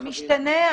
זה משתנה.